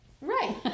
right